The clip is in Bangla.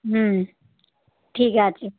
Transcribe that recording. হুম ঠিক আছে